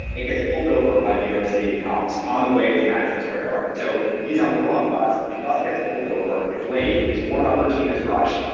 it gets pulled over by new york city cops on the way to madison square garden. so he's on the wrong bus. the bus gets pulled over. it's late. his warm up routine is rushed.